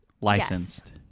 licensed